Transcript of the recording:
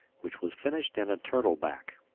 which was finished in a turtle-back.